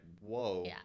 whoa